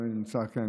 הוא איננו נמצא כאן,